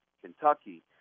Kentucky